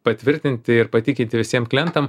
patvirtinti ir patikinti visiem klientam